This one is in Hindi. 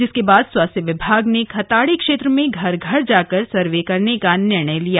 जिसके बाद स्वास्थ्य विभाग ने खताड़ी क्षेत्र में घर घर जाकर सर्वे करने का निर्णय लिया